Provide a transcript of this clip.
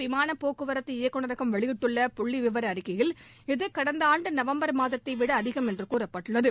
விமானப்போக்குவரத்து இயக்குநரகம் வெளியிட்டுள்ள புள்ளி விவர அறிக்கையில் இது கடந்த ஆண்டு நவம்பர் மாதத்தை விட அதிகம் என்று கூறப்பட்டுள்ளது